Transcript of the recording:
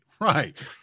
Right